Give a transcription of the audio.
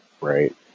Right